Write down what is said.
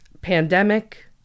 Pandemic